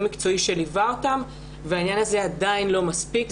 מקצועי שליווה אותן אבל עדיין זה לא מספיק.